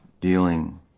dealing